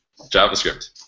JavaScript